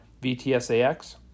VTSAX